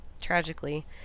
tragically